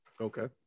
Okay